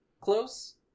close